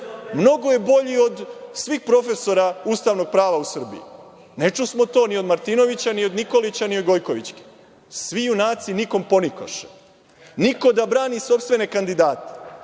mnogo je bolji od svih profesora ustavnog prava u Srbiji? Ne čusmo to ni od Martinovića ni od Nikolića ni od Gojkovićke. Svi junaci nikom ponikoše. Niko da brani sopstvene kandidate.